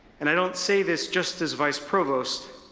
and i don't say this just as vice provost,